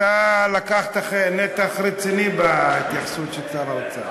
אתה לקחת נתח רציני בהתייחסות של שר האוצר.